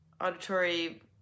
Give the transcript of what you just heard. auditory